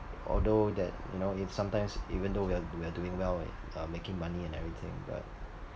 although that you know if sometimes even though we are we're doing well right we're uh making money and everything but